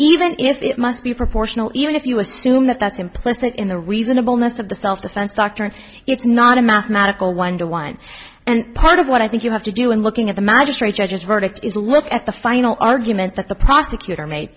even if it must be proportional even if you assume that that's implicit in the reasonableness of the self defense doctrine it's not a mathematical one to one and part of what i think you have to do in looking at the magistrate judges verdict is look at the final argument that the prosecutor ma